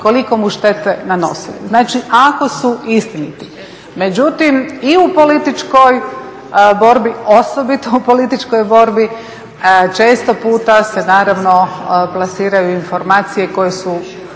koliko mu štete nanosili. Znači, ako su istiniti. Međutim, i u političkoj borbi, osobito u političkoj borbi često puta se naravno plasiraju informacije koje su